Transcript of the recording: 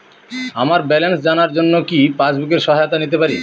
আমার ব্যালেন্স জানার জন্য কি পাসবুকের সহায়তা নিতে পারি?